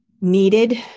needed